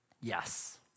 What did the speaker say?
Yes